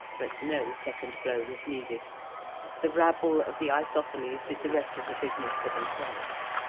but no second blow was needed the rabble of the isosceles did the rest of the business for themselves.